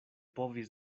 povis